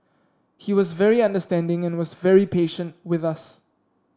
he was very understanding and was very patient with us